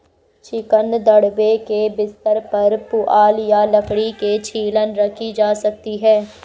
chicken दड़बे के बिस्तर पर पुआल या लकड़ी की छीलन रखी जा सकती है